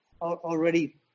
already